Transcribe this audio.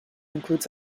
includes